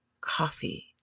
Coffee